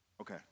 Okay